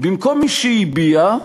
במקום "משהביע"